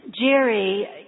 Jerry